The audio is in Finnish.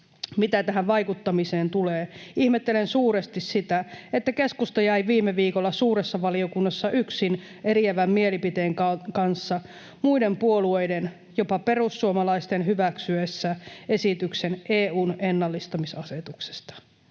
Mitä tähän vaikuttamiseen tulee, niin ihmettelen suuresti sitä, että keskusta jäi viime viikolla suuressa valiokunnassa yksin eriävän mielipiteen kanssa muiden puolueiden, jopa perussuomalaisten, hyväksyessä esityksen EU:n ennallistamisasetuksesta.